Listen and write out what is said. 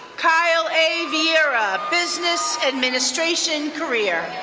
kyle a. viera, business administration career.